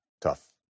tough